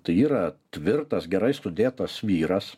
tai yra tvirtas gerai sudėtas vyras